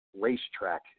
racetrack